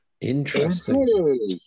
Interesting